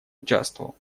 участвовал